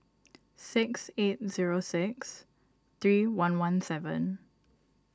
six eight zero six three one one seven